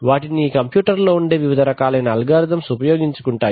వాటిని ఈ కంప్యూటర్ లో ఉండే వివిధ రకాలైన అల్గారిథంస్ ఉపయోగించుకుంటాయి